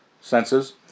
senses